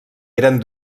eren